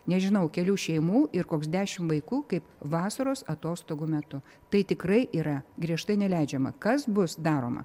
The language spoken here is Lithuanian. nežinau kelių šeimų ir koks dešimt vaikų kaip vasaros atostogų metu tai tikrai yra griežtai neleidžiama kas bus daroma